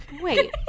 Wait